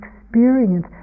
experience